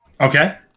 Okay